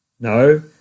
No